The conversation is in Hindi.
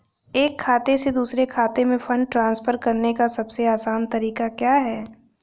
एक खाते से दूसरे खाते में फंड ट्रांसफर करने का सबसे आसान तरीका क्या है?